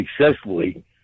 successfully